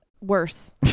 Worse